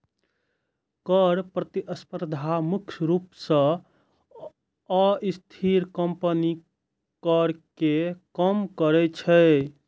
कर प्रतिस्पर्धा मुख्य रूप सं अस्थिर कंपनीक कर कें कम करै छै